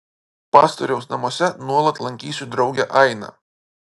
pastoriaus namuose nuolat lankysiu draugę ainą